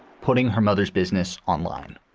putting her mother's business online